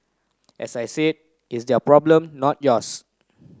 as I said it's their problem not yours